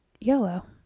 yellow